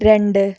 രണ്ട്